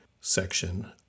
section